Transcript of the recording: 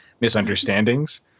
misunderstandings